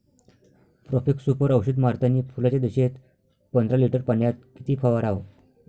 Profex Super औषध मारतानी फुलाच्या दशेत पंदरा लिटर पाण्यात किती फवाराव?